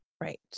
Right